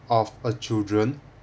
of a children